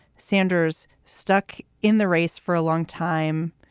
sanders stuck in the race for a long time.